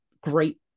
great